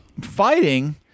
Fighting